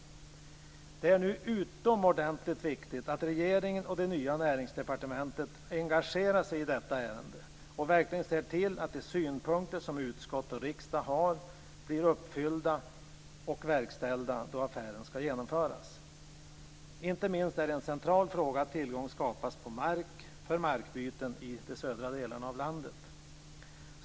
För det första är det utomordentligt viktigt att regeringen och det nya näringsdepartementet engagerar sig i detta ärende och verkligen ser till att de synpunkter som utskott och riksdag har blir uppfyllda och verkställda då affären skall genomföras. Inte minst är det en central fråga att tillgång skapas på mark för markbyten i de södra delarna av landet.